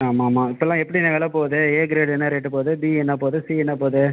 ஆமாம் ஆமாம் இப்போலாம் எப்படிண்ணே விலை போகுது ஏ க்ரேட் என்ன ரேட்டு போகுது பி என்ன போகுது சி என்ன போகுது